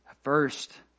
first